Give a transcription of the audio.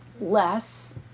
less